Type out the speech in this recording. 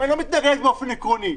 אני לא מתנגד באופן עקרוני.